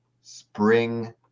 Spring